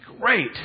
great